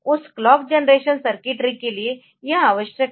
उस clock generation circuitry के लिए यह आवश्यक है